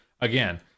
again